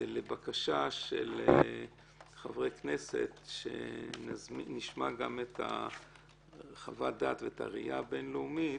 ולבקשה של חברי כנסת שנשמע גם את חוות הדעת ואת הראיה הבינלאומית,